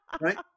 right